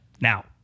now